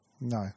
No